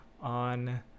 on